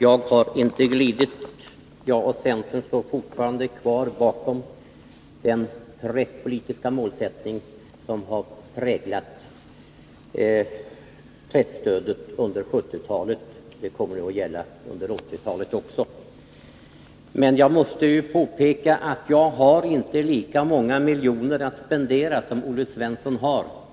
Jag har inte glidit. Jag och centern står kvar bakom den presspolitiska målsättning som har präglat presstödet under 1970-talet och som kommer att gälla under 1980-talet också. Men jag måste påpeka att jag inte har lika många miljoner att spendera. som Olle Svensson har.